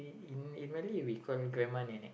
in Malay we call grandma nenek